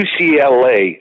UCLA